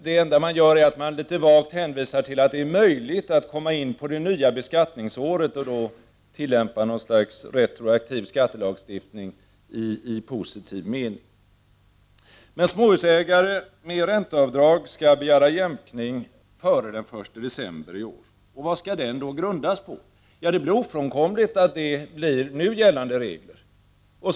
Det enda man gör är att litet vagt hänvisa till att det är möjligt att komma in på det nya beskattningsåret och då tillämpa något slags retroaktiv skattelagstiftning i positiv mening. Men småhusägare med ränteavdrag skall begära jämkning av preliminärskatten före den 1 december i år. Vad skall den då grundas på? Ja, det blir ofrånkomligt att det blir nu gällande regler som tillämpas.